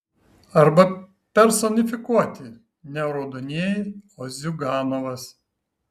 arba personifikuoti ne raudonieji o ziuganovas